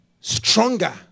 stronger